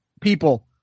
people